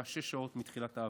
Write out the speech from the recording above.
היה שש שעות מתחילת ההפגנה.